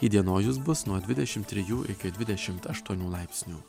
įdienojus bus nuo dvidešim trijų iki dvidešim aštuonių laipsnių